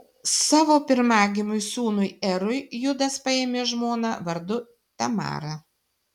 savo pirmagimiui sūnui erui judas paėmė žmoną vardu tamara